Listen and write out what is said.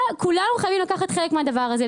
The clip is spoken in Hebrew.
כולנו חייבים לקחת חלק מהדבר הזה.